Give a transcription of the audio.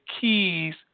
keys